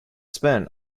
spent